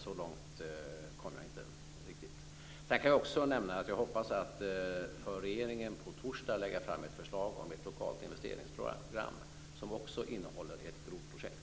Så långt kom jag inte riktigt. Jag hoppas att på torsdag kunna lägga fram ett förslag om ett lokalt investeringsprogram för regeringen. Det skall också innehålla ett grodprojekt.